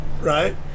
right